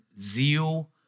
zeal